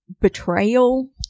betrayal